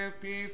peace